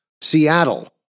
Seattle